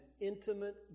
intimate